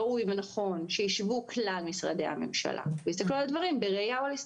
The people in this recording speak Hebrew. רואי ונכון שישבו כלל משרדי הממשלה ויסתכלו על הדברים בראייה הוליסטית.